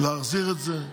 30 תאגידים,